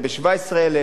15,000 ו-17,000,